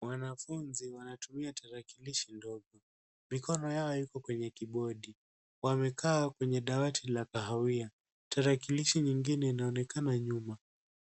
Wanafunzi wanatumia tarakilishi ndogo. Mikono yao iko kwenye kibodi. Wamekaa kwenye dawati la kahawia. Tarakilishi nyingine inaonekana nyuma.